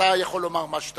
אתה יכול לומר מה שאתה רוצה.